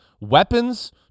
weapons